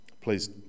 Please